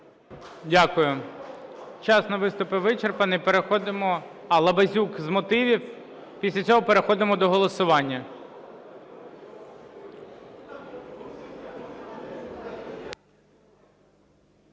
Дякую. Час на виступи вичерпаний, переходимо... Лабазюк – з мотивів, після цього переходимо до голосування.